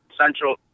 Central